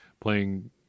playing